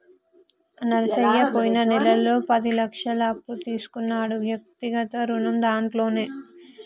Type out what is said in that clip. నరసయ్య పోయిన నెలలో పది లక్షల అప్పు తీసుకున్నాడు వ్యక్తిగత రుణం దాంట్లోనే